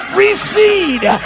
recede